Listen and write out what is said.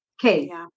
Okay